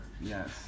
Yes